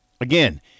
Again